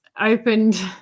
opened